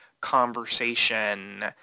conversation